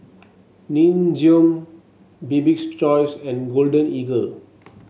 Nin Jiom Bibik's Choice and Golden Eagle